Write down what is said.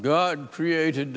god created